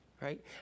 right